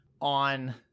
on